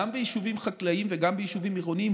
גם ביישובים חקלאיים וגם ביישובים עירוניים